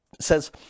says